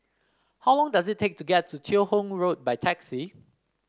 how long does it take to get to Teo Hong Road by taxi